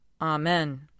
Amen